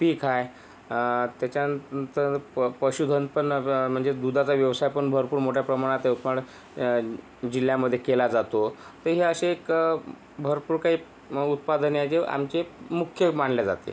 पीक आहे त्याच्यानं नंतर प पशुधन पण म्हणजे दुधाचा व्यवसाय पण भरपूर मोठ्या प्रमाणात आहे पण जिल्ह्यामधे केला जातो तर हे असे एक भरपूर काहीे उत्पादने आहेत जे आमचे मुख्य मानल्या जाते